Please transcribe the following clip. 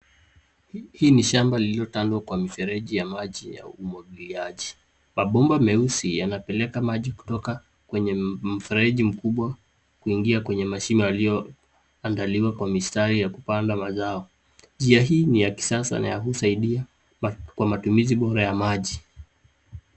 Hii ni shamba lililotandwa kwa mifereji ya maji ya umwagiliaji. Mabomba meusi yanapeleka maji kutoka kwenye mfereji mkubwa kuingia kwenye mashimo yaliyoandaliwa kwa mistari ya kupanda mazao. Njia hii ni ya kisasa na ya kusaidia kwa matumizi bora ya maji.